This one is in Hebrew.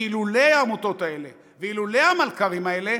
כי אילולא העמותות האלה ואילולא המלכ"רים האלה,